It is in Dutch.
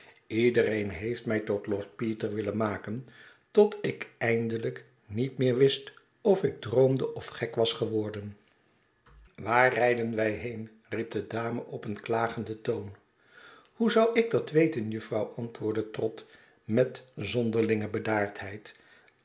iedereen heeft mij tot lord peter willen maken tot ik eindelijk niet meer wist of ik droomde of gek was geworden waar rijden wij heen riep de dame op een klagenden toon hoe zou ik dat weten jufvrouw antwoordde trott met zonderlinge bedaardheid